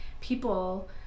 people